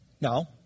No